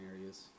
areas